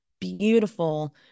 beautiful